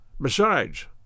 Besides